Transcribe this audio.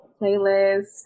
playlist